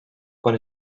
quan